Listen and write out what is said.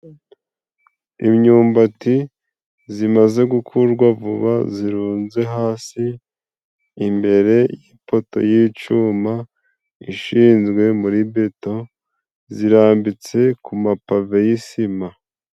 Imyumbati zimaze gukurwa vuba, zirunze hasi imbere y'ipoto y'icuma ishinzwe muri beto, zirambitse ku mapave yisima.